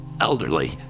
elderly